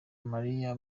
maria